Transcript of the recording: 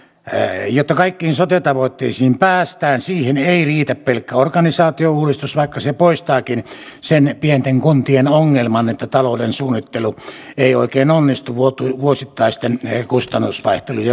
jotta kaikkiin sote tavoitteisiin päästään siihen ei riitä pelkkä organisaatiouudistus vaikka se poistaakin sen pienten kuntien ongelman että talouden suunnittelu ei oikein onnistu vuosittaisten kustannusvaihtelujen vuoksi